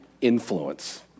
influence